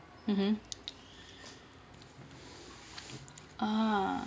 mmhmm uh